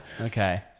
Okay